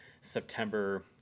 September